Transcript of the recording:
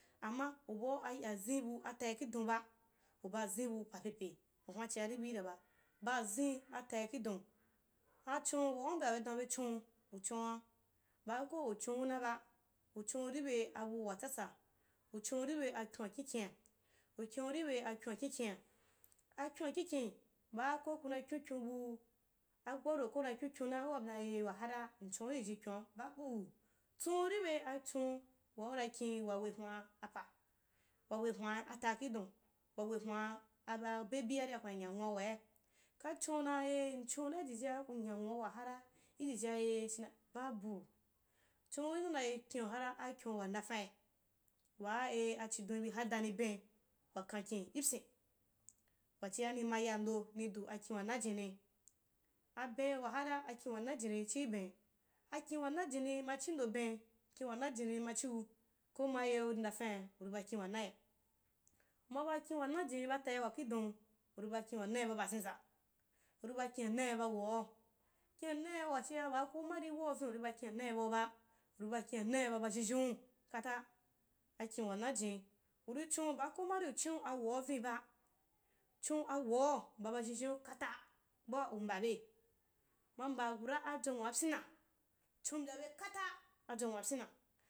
Amma ubau azim atai ki don ba uba azim bu paa pepe, wahuwa chiari buira b aba azini atai ki don achon waa u mbya be dan bechon uchon’a baa ko uchn un aba ichon’u ribe abu watsatsa uchon’u ribe akyon wakiukin-uknu akrona bu a bgaro ko nina kyonkyon na waaa udan eh waha mchon’u ijij kyon’a babu, chonu ri be achou waa unakin wa wahwa apa wawe hwa atai ki dou wa we hwa a-a baby aria una nya, nwua nuwaikachon’u dan eh mchon’u na ijijia kunya nwaqwuwa hara ijijia eh chiua babu chan’u ujima dan eh kyo waha ra akyon wan da fani waaa eih achidon ibi hadan ben wakanki lptin wachia nim ayando nii du akain wayajni abem wahara akin wanajini chii ben, akin wanajini machiudan beh-kin waajini machiu koma yev ri udafani uri ba kin wanai, um aba kin wanajin baa tai waki don, uri ba kin wananjin ba bazeza uri bakinanai ba wav akin’anai waxhia uri ba kianni ba bazhenzhen yi kata akin wanajin chonu baa ko mari uchan awav au viniba, chon wau ba bazen zinnu kata baa umba be um amba gura adzwei nya pyinia, chon mbyabe kata chon mbyabe kata adzwei nwa pyina